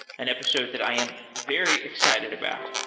an episode that i am very excited about.